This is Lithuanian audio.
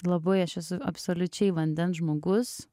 labai aš esu absoliučiai vandens žmogus